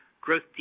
Growth